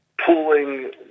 pooling